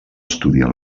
estudiar